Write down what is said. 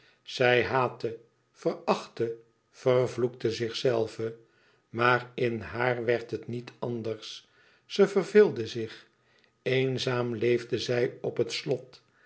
zij haatte verachtte vervloekte zichzelve maar in haar werd het niet anders ze verveelde zich eenzaam leefde zij op het slot